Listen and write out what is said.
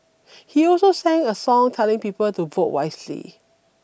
he also sang a song telling people to vote wisely